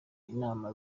inama